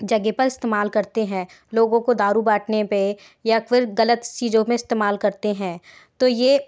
जगह पर इस्तेमाल करते हैं लोगों को दारू बाँटने पर या फिर गलत चीजों में इस्तेमाल करते हैं तो ये